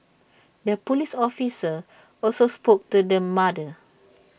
the Police officer also spoke to the mother